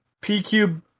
P-Cube